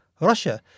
Russia